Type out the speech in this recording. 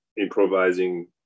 improvising